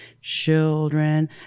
children